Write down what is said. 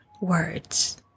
words